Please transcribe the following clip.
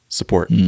support